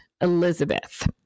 Elizabeth